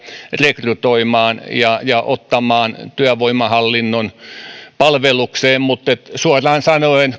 rekrytoimaan henkilöstöä ja ottamaan työvoimahallinnon palvelukseen mutta suoraan sanoen